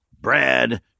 Brad